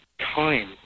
time